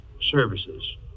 services